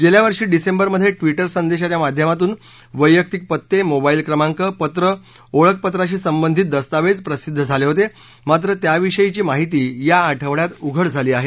गेल्या वर्षी डिसेंबरमध्ये ट्विटर संदेशाच्या माध्यमातून वैयक्तिक पत्ते मोबाईल क्रमांक पत्रं ओळखपत्राशी संबंधित दस्तावेज प्रसिध्द झाले होते मात्र त्याविषयीची माहिती या आठवडयात उघड झाली आहे